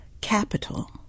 capital